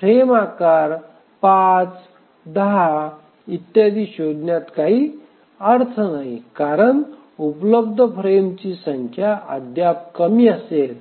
frame आकार 5 10 इत्यादि शोधण्यात काही अर्थ नाही कारण उपलब्ध फ्रेम्सची संख्या अद्याप कमी असेल